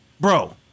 Bro